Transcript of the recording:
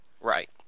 Right